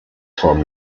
time